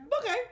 Okay